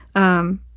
um,